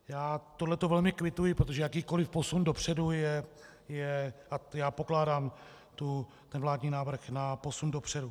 Já tohle velmi kvituji, protože jakýkoliv posun dopředu je a já pokládám vládní návrh za posun dopředu.